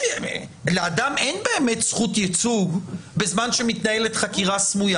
לאדם אין באמת זכות ייצוג בזמן שמתנהלת חקירה סמויה